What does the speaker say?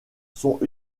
sont